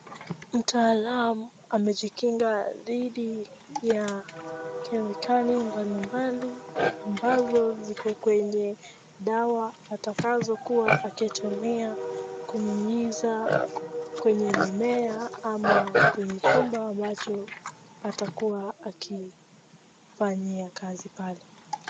Mtaalamu amejikinga dhidi ya kemikali mbalimbali ambazo ziko kwenye dawa atakazotumia kunyunyiza kwenye mimea ama kwenye chumba ambacho atakuwa akifanyia kazi pale.